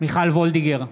מיכל וולדיגר,